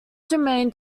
remained